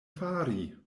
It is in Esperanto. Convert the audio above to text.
fari